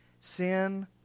Sin